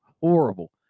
horrible